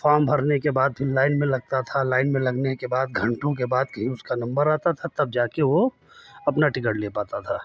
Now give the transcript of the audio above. form भरने के बाद फिर लाइन में लगता था लाइन में लगने के बाद घंटों के बाद फिर उसका नंबर आता था तब जाके वो अपना टिकट ले पाता था